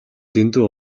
дэндүү